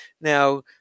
Now